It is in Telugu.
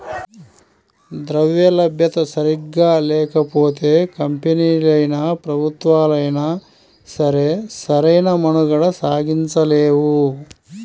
ద్రవ్యలభ్యత సరిగ్గా లేకపోతే కంపెనీలైనా, ప్రభుత్వాలైనా సరే సరైన మనుగడ సాగించలేవు